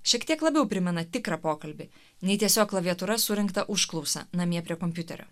šiek tiek labiau primena tikrą pokalbį nei tiesiog klaviatūra surinkta užklausa namie prie kompiuterio